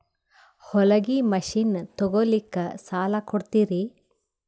ಹೊಲಗಿ ಮಷಿನ್ ತೊಗೊಲಿಕ್ಕ ಸಾಲಾ ಕೊಡ್ತಿರಿ?